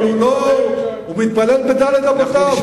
הוא מתפלל בד' אמותיו.